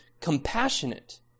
compassionate